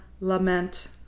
Lament